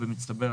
במצטבר,